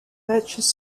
purchase